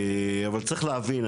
אבל צריך להבין,